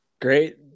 Great